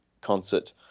concert